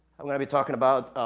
i'm going to be talking about,